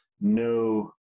no